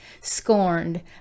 scorned